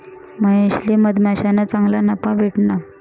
महेशले मधमाश्याना चांगला नफा भेटना